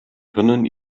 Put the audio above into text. können